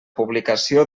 publicació